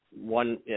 one